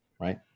right